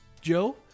Joe